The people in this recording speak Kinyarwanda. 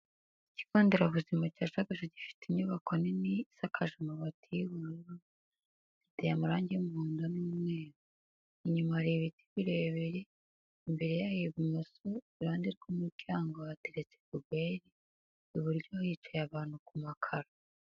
Ikigonderabuzima cya shagasha gifite inyubako nini isakaje amabati y'ubururu giteye amarangi y'umuhondo n'umweru, inyuma hari ibiti birebeye imbere yayo ibumoso iruhande rw'umuryango hateretse puberi iburyo hicaye abantu ku makaro.